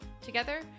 Together